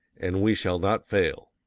and we shall not fail.